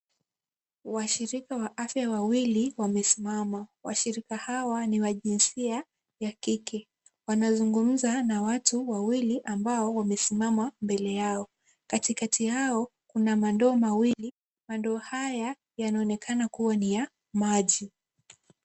Washirika wa afya wawili wamesimama. Washirika hawa ni wa jinsia ya kike. Wanazungumza na watu wawili ambao wamesimama mbele yao. Katikati yao, kuna mandoo mawili. Mandoo haya yanaonekana kuwa ni ya maji.